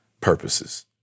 purposes